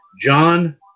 John